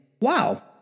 wow